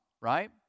right